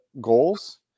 goals